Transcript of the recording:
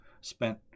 spent